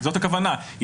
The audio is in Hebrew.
זאת הכוונה,